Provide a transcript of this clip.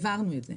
העברנו את זה.